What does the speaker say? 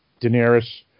Daenerys